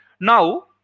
now